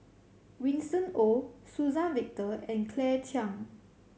Winston Oh Suzann Victor and Claire Chiang